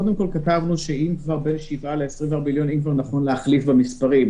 קודם כול, שאם כבר נכון להחליף בין המספרים.